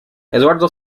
eduardo